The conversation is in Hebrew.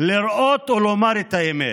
לראות ולומר את האמת.